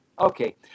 Okay